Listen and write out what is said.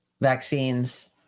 vaccines